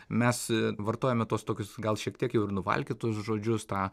mes vartojame tuos tokius gal šiek tiek jau ir nuvalkiotus žodžius tą